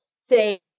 say